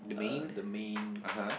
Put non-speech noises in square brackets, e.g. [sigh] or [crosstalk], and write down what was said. uh the mains [noise]